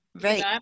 right